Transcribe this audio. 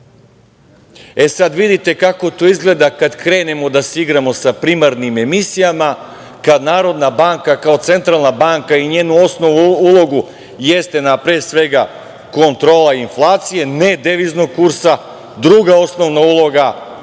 E, sad, vidite kako to izgleda kad krenemo da se igramo sa primarnim emisijama, kad Narodna banka kao centralna banka i njenu osnovnu ulogu - kontrola inflacije, ne deviznog kursa, druga osnovna uloga